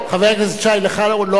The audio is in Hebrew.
לך לא היתה ההזדמנות,